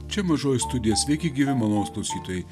čia mažoji studija sveiki gyvi malonūs klausytojai